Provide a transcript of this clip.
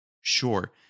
sure